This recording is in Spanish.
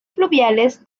fluviales